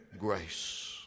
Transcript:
grace